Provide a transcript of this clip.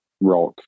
rock